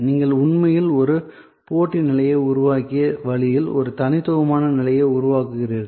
நீங்கள் உண்மையில் ஒரு போட்டி நிலையை உருவாக்கிய வழியில் ஒரு தனித்துவமான நிலையை உருவாக்குகிறீர்கள்